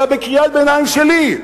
אלא בקריאת ביניים שלי,